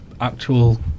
actual